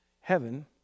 heaven